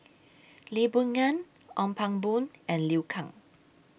Lee Boon Ngan Ong Pang Boon and Liu Kang